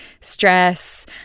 stress